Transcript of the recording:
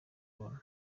leone